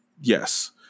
yes